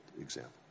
example